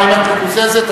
אני מקוזזת עם ברכה.